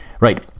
right